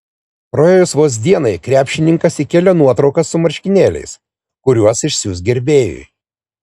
praėjus vos dienai krepšininkas įkėlė nuotrauką su marškinėliais kuriuos išsiųs gerbėjui